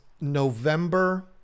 November